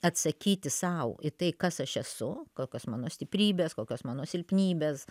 atsakyti sau į tai kas aš esu kokios mano stiprybės kokios mano silpnybės